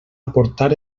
aportar